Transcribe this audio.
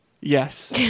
yes